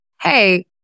hey